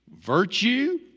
virtue